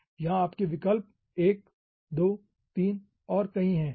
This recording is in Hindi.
यहां आपके विकल्प 1 2 3 और कई हैं